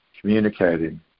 communicating